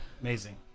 Amazing